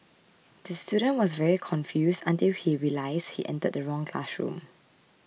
the student was very confused until he realised he entered the wrong classroom